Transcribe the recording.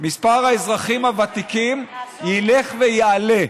מספר האזרחים הוותיקים ילך ויעלה.